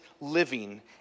living